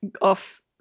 off